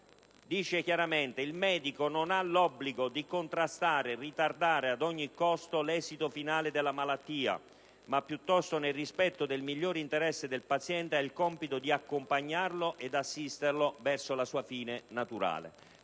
dice chiaramente che il medico non ha l'obbligo di contrastare e ritardare ad ogni costo l'esito finale della malattia, ma piuttosto, nel rispetto del migliore interesse del paziente, ha il compito di accompagnarlo ed assisterlo verso la sua fine naturale.